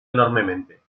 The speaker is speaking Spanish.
enormemente